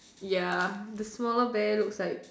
ya the smaller bear looks like